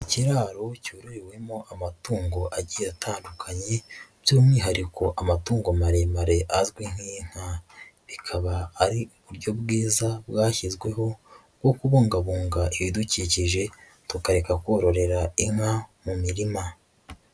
Ikiraro cyororewemo amatungo agiye atandukanye by'umwihariko amatungo maremare azwi nk'inka. Bikaba ari uburyo bwiza bwashyizweho bwo kubungabunga ibidukikije, tukareka kororera inka mu mirima.